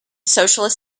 socialist